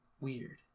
weird